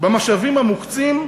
במשאבים המוקצים,